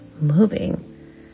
moving